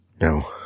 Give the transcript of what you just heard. No